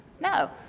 No